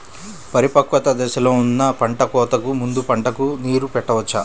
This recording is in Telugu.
పరిపక్వత దశలో ఉన్న పంట కోతకు ముందు పంటకు నీరు పెట్టవచ్చా?